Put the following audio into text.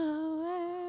away